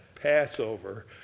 Passover